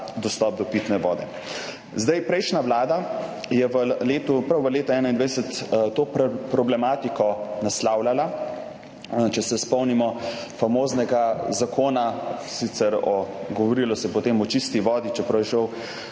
vode. Prejšnja vlada je prav v letu 2021 to problematiko naslavljala. Če se spomnimo famoznega zakona, govorilo se je potem o čisti vodi, čeprav je šla